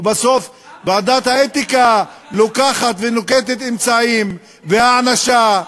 ובסוף ועדת האתיקה לוקחת ונוקטת אמצעים והענשה.